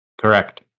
Correct